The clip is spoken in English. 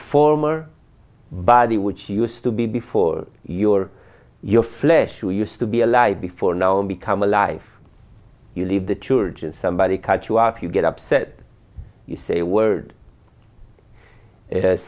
former body which used to be before you or your flesh you used to be alive before now and become a life you leave the church and somebody cut you off you get upset you say a word